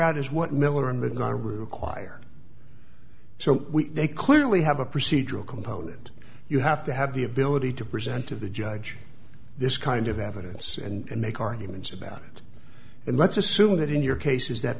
out is what miller i'm going to require so they clearly have a procedural component you have to have the ability to present to the judge this kind of evidence and make arguments about it and let's assume that in your cases that